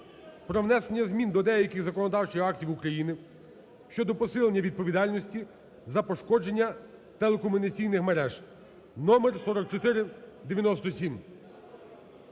про внесення змін до деяких законодавчих актів України щодо посилення відповідальності за пошкодження телекомунікаційних мереж (№ 4497).